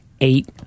eight